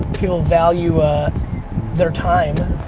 people value their time,